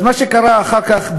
אז מה שקרה אחר כך,